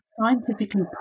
scientifically